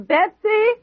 Betsy